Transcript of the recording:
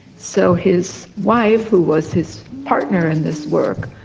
so his wife, who was his partner in this work,